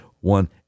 one